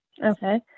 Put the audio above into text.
okay